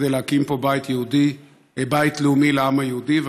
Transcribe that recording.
כדי להקים פה בית לאומי לעם היהודי.